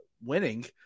winning